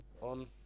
on